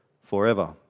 Forever